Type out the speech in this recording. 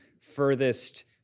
furthest